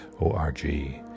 O-R-G